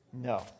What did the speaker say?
No